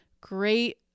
great